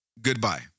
goodbye